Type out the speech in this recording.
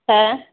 हा